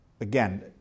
Again